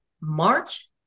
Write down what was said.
March